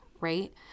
right